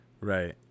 Right